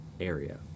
area